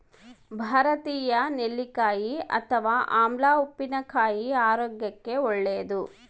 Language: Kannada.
ಭಾರತೀಯ ನೆಲ್ಲಿಕಾಯಿ ಅಥವಾ ಆಮ್ಲ ಉಪ್ಪಿನಕಾಯಿ ಆರೋಗ್ಯಕ್ಕೆ ಒಳ್ಳೇದು